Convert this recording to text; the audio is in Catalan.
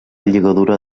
lligadura